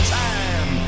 time